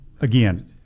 again